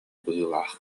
быһыылаах